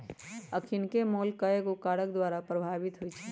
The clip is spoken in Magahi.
अखनिके मोल कयगो कारक द्वारा प्रभावित होइ छइ